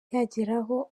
yageraho